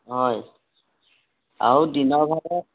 হয় আৰু দিনৰ ভাগত